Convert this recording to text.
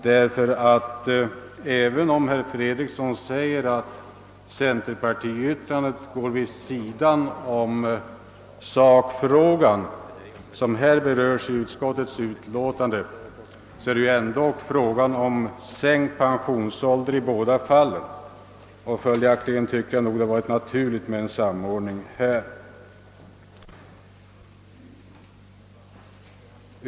Visserligen anser herr Fredriksson att centerpartiyrkandet ligger vid sidan om den fråga som berörs i det utskottsutlåtande som vi nu be handlar, men det rör sig ändå i båda fallen om sänkt pensionsålder. En samordning hade därför varit naturlig.